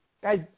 Guys